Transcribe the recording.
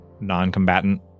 non-combatant